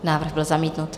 Návrh byl zamítnut.